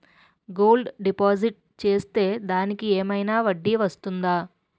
Gold deposit చేస్తే దానికి ఏమైనా వడ్డీ వస్తుందా?